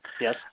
Yes